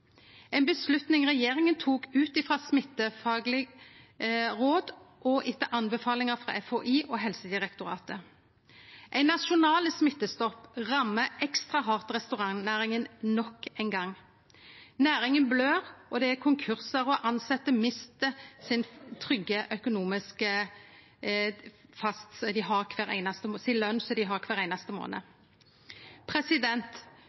regjeringa tok ut frå smittefaglege råd og etter tilrådingar frå FHI og Helsedirektoratet. Ein nasjonal smittestopp rammar restaurantnæringa ekstra hardt nok ein gong. Næringa blør, og det er konkursar, og dei tilsette mistar si trygge, faste løn som dei har kvar einaste